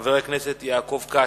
חבר הכנסת יעקב כץ,